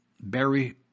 Barry